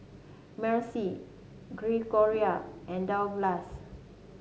Marcy Gregoria and Douglass